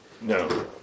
No